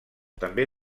també